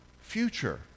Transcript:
future